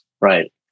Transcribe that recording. right